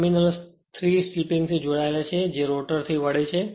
terminals 3 સ્લીપિંગથી જોડાયેલા છે જે રોટર થી વળે છે